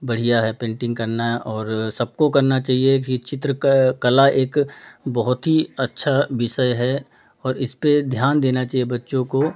बढ़िया है पेन्टिंग करना और सबको करना चाहिए कि चित्र कला एक बहुत ही अच्छा विषय है और इसपे ध्यान देना चाहिए बच्चों को